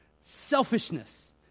Selfishness